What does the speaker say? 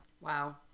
Wow